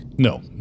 No